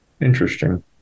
Interesting